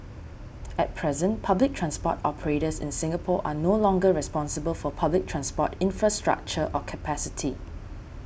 at present public transport operators in Singapore are no longer responsible for public transport infrastructure or capacity